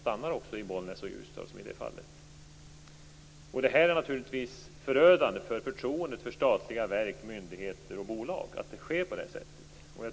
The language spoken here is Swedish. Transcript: Att det sker på det här sättet är naturligtvis förödande för förtroendet för statliga verk, myndigheter och bolag.